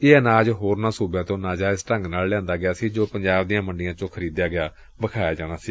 ਇਹ ਅਨਾਜ ਹੋਰਨਾਂ ਸੂਬਿਆਂ ਤੋਂ ਨਾਜਾਇਜ਼ ਢੰਗ ਨਾਲ ਲਿਆਂਦਾ ਗਿਆ ਸੀ ਜੋ ਪੰਜਾਬ ਦੀਆਂ ਮੰਡੀਆਂ ਚੋਂ ਖਰੀਦਿਆਂ ਗਿਆ ਵਿਖਾਇਆ ਜਾਣਾ ਸੀ